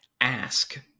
ask